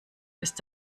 ist